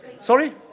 Sorry